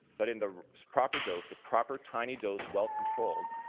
but in the proper dose, the proper tiny dose well controlled,